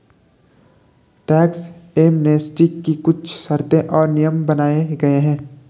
tax amnesty की कुछ शर्तें और नियम बनाये गये हैं